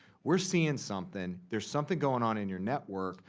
we're seeing something. there's something go and on in your network.